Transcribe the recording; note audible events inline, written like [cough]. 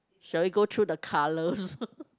shall we go through the colors [laughs]